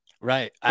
right